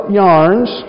yarns